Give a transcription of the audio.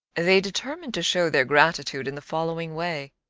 they determined to show their gratitude in the following way.